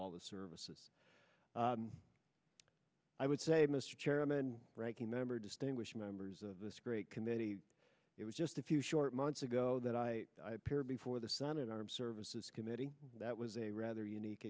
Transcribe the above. all the services i would say mr chairman ranking member distinguished members of this great committee it was just a few short months ago that i paired before the senate armed services committee that was a rather unique